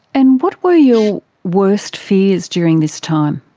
and what were your worst fears during this time?